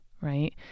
right